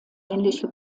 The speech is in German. ähnliche